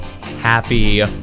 Happy